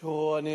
תראו, אני